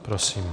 Prosím.